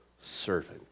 servant